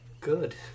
Good